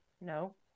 No